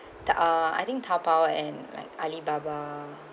the uh I think taobao and like Alibaba